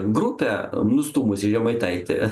grupę nustūmusi žemaitaitį